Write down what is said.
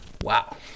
Wow